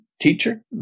teacher